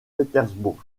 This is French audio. pétersbourg